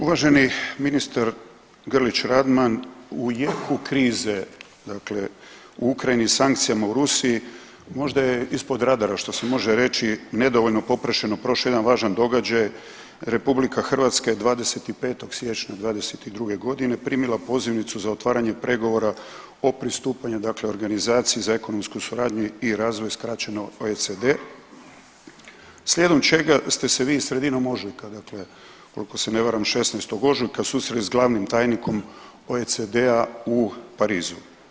Uvaženi ministar Grlić Radman u jeku krize dakle u Ukrajini sankcijama Rusiji možda je ispod radara što se može reći nedovoljno … prošao jedan važan događaj, RH je 25. siječnja 2022.g. primila pozivnicu za otvaranje pregovora o pristupanju Organizaciji za ekonomsku suradnju i razvoj, skraćeno OECD, slijedom čega ste se vi sredinom ožujka, dakle ukoliko se ne varam 16. ožujka susreli s glavnim tajnikom OECD-a u Parizu.